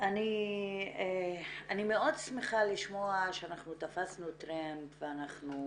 אני מאוד שמחה לשמוע שאנחנו תפסנו טרמפ ואנחנו